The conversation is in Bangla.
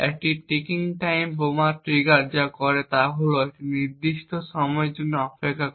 একটি টিকিং টাইম বোমা ট্রিগার যা করে তা হল এটি একটি নির্দিষ্ট সময়ের জন্য অপেক্ষা করে